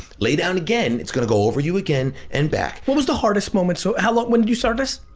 lay down again, it's gonna go over you again, and back. what was the hardest moment? so, and like when did you start this?